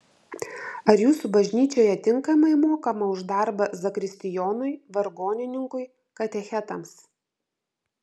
ar jūsų bažnyčioje tinkamai mokama už darbą zakristijonui vargonininkui katechetams